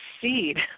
seed